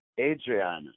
Adriana